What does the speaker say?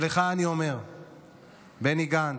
בני גנץ,